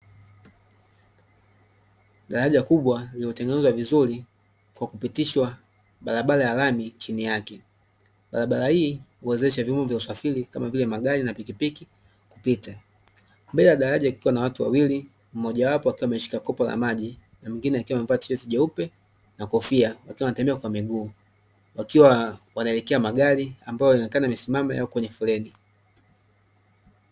Daraja kubwa lililotengenezwa vizuri kwa kupitishwa barabara ya lami chini yake. Barabara hii huwezesha vyombo vya usafiri, kama vile; magari na pikipiki kupita. Mbele ya daraja kukiwa na watu wawili, mmojawapo akiwa ameshika kopo la maji na mwingine akiwa amevaa tisheti nyeupe na kofia, wakiwa wanatembea kwa miguu, wakiwa wanaelekea magari ambayo yanaonekana yamesimama yako kwenye foleni.